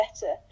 better